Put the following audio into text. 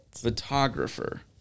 Photographer